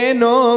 no